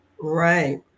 Right